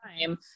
time